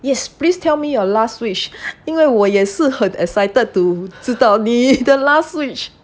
yes please tell me your last wish 因为我也是很 excited to 知道你的 last wish